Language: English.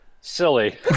silly